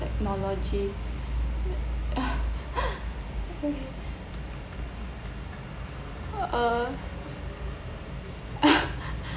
technology uh